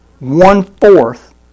One-fourth